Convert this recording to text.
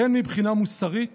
הן מבחינה מוסרית